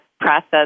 process